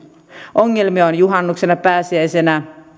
ongelmia on juhannuksena pääsiäisenä